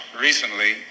recently